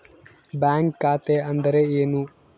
Bank ಖಾತೆ ಅಂದರೆ ಏನು?